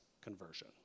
conversion